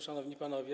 Szanowni Panowie!